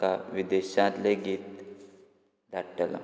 ताका विदेशांत लेगीत धाडटलो